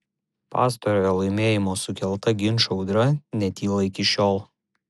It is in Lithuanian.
pastarojo laimėjimo sukelta ginčų audra netyla iki šiol